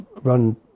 run